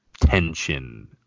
tension